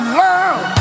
love